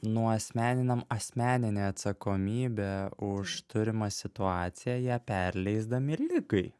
nuasmeninam asmeninę atsakomybę už turimą situaciją ją perleisdami ir ligai